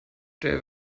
der